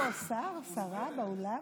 יש פה שר או שרה באולם?